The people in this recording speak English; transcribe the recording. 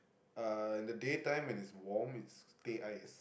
uh in the day time when it's warm it's teh ice